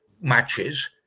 matches